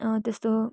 त्यस्तो